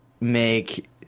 make